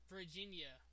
Virginia